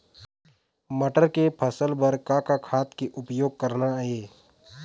मटर के फसल बर का का खाद के उपयोग करना ये?